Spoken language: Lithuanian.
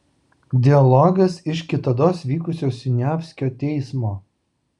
dialogas iš kitados vykusio siniavskio teismo